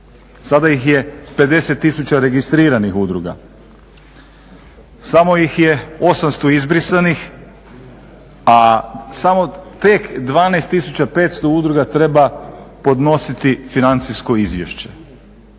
Sada ih je 50 tisuća registriranih udruga, samo ih je 800 izbrisanih, a samo tek 12500 udruga treba podnositi financijsko izvješće,